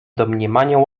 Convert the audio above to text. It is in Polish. domniemaniom